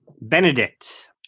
Benedict